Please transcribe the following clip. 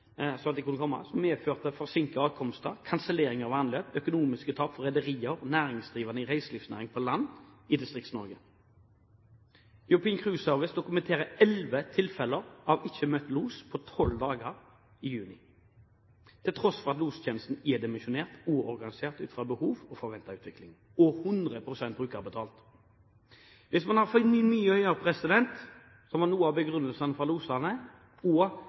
som medførte forsinkede ankomster, kanselleringer av anløp og økonomiske tap for rederier og næringsdrivende i reiselivsnæringen på land i Distrikts-Norge. European Cruise Service dokumenterer elleve tilfeller av ikke møtt los på tolv dager i juni, til tross for at lostjenesten er dimensjonert og organisert ut fra behov og forventet utvikling, og at den er 100 pst. brukerbetalt. Hvis man har for mye å gjøre, som er noe av begrunnelsen fra losene, og